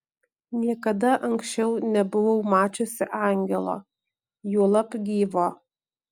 niekada anksčiau nebuvau mačiusi angelo juolab gyvo